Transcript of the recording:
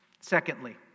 Secondly